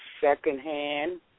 secondhand